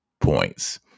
points